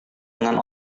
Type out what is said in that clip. dengan